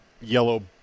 yellow